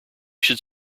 should